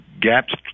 gaps